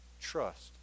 Trust